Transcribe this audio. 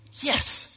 Yes